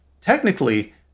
Technically